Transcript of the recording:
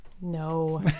No